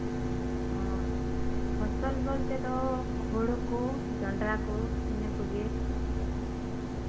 ᱚᱸᱻ ᱯᱷᱚᱥᱚᱞ ᱵᱚᱞᱛᱮ ᱫᱚ ᱦᱳᱲᱳ ᱠᱚ ᱡᱚᱱᱰᱨᱟ ᱠᱚ ᱱᱤᱭᱟᱹ ᱠᱚᱜᱮ